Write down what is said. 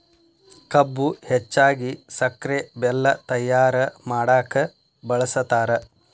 ಕಬ್ಬು ಹೆಚ್ಚಾಗಿ ಸಕ್ರೆ ಬೆಲ್ಲ ತಯ್ಯಾರ ಮಾಡಕ ಬಳ್ಸತಾರ